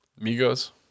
Amigos